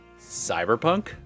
Cyberpunk